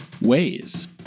ways